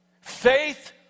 Faith